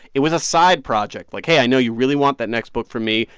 it was a side project. like, hey, i know you really want that next book from me.